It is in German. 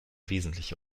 wesentliche